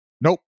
Nope